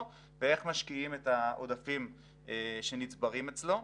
ואיך משקיעים את העודפים שנצברים אצלו.